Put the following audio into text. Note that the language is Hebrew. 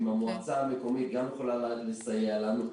אם המועצה המקומית גם יכולה לסייע לנו,